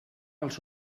els